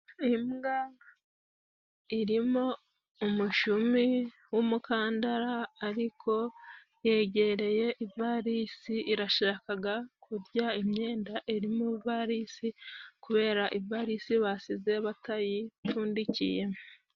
Imbwa irimo umushumi w'umukandara, ariko yegereye ivarisi. Irashaka kurya imyenda iri mu ivarisi, kubera ivarisi basize batayipfundikiye.